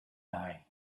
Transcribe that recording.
die